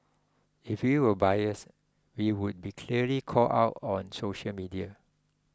if we were biased we would be clearly called out on social media